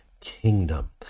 kingdom